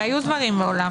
והיו דברים מעולם